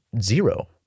zero